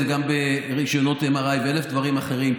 זה גם ברישיונות MRI ובאלף דברים אחרים.